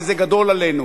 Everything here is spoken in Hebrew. כי זה גדול עלינו,